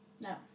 No